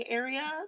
area